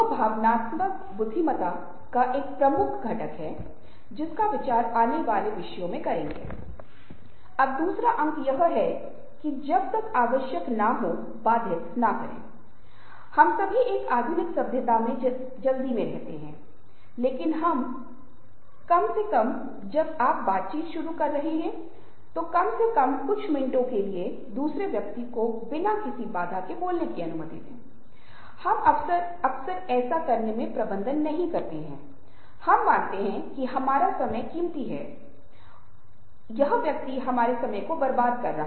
हमारे समाज में हमारे कार्यस्थल में या कहीं भी जब भी हम यात्रा कर रहे होते हैं तो हमारे पास ऐसे कई प्रकार के लोग आते हैं जिनसे वे बात करना पसंद करते हैं वे बात करते हैं और बात करने का मतलब है कि कोई यह कह सकता है कि यह उनकी आदत है और वे बचपन से ही इस तरह की आदत विकसित करते हैं कोई यह देख सकता है कि ऐसे लोग हैं जो कम बोलते हैं और ऐसे लोग हैं जो बात करते रहते है उन्हें बात करने में मज़ा आता है उन्हें बात करना पसंद है